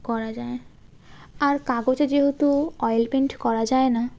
করা যায় আর কাগজে যেহেতু অয়েল পেন্ট করা যায় না